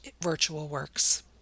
virtualworks